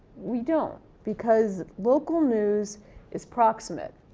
we don't because local news is proximate,